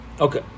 Okay